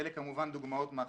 אלה כמובן דוגמאות מהחיים.